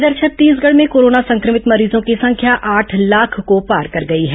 इधर छत्तीसगढ़ में कोरोना संक्रमित मरीजों की संख्या आठ लाख को पार कर गई है